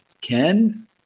Ken